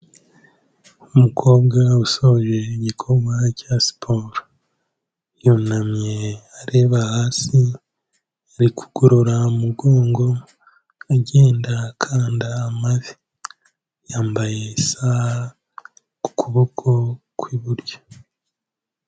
Umukobwa usoje igikorwa cya siporo, yunamye areba hasi, ari kugorora umugongo agenda akanda amavi, yambaye isaha, ku kuboko ku iburyo.